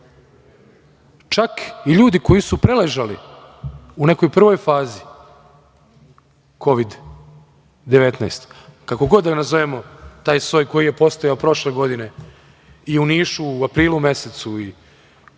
i ljudi koji su preležali u nekoj prvoj fazi Kovid-19, kako god da nazovemo taj soj koji je postojao prošle godine i u Nišu, u aprilu mesecu, i u